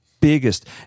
biggest